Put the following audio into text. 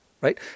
right